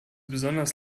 besonders